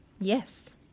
Yes